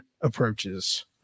approaches